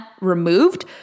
removed